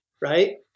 Right